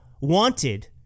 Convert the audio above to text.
wanted